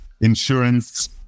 Insurance